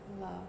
love